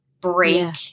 break